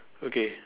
okay